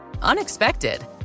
Unexpected